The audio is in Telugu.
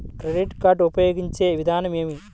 క్రెడిట్ కార్డు ఉపయోగించే విధానం ఏమి?